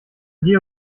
dir